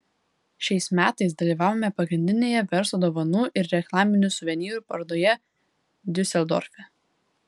šiais metais dalyvavome pagrindinėje verslo dovanų ir reklaminių suvenyrų parodoje diuseldorfe